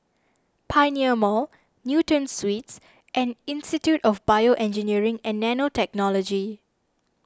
Pioneer Mall Newton Suites and Institute of BioEngineering and Nanotechnology